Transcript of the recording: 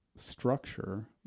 structure